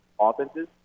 offenses